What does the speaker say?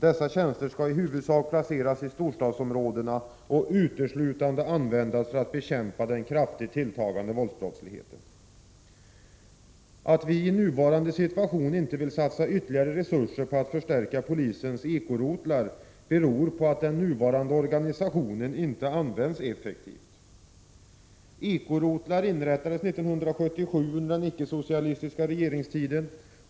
Dessa tjänster skall i huvudsak placeras i storstadsområdena och uteslutande användas för att bekämpa den kraftigt tilltagande våldsbrottsligheten. Att vi i nuvarande situation inte vill satsa ytterligare resurser för att förstärka polisens ekorotlar beror på att den nuvarande organisationen inte används effektivt. Ekorotlar inrättades 1977 under den icke-socialistiska regeringstiden.